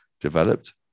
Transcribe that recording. developed